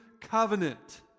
covenant